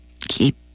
keep